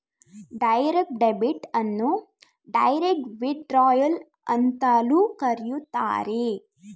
direct debit ಅನ್ನು direct withdrawal ಅಂತಲೂ ಕರೆಯುತ್ತಾರೆ